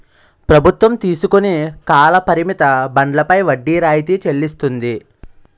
ప్రభుత్వం తీసుకుని కాల పరిమిత బండ్లపై వడ్డీ రాయితీ చెల్లిస్తుంది